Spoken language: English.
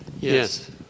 Yes